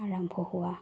আৰম্ভ হোৱা